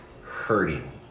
hurting